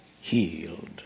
healed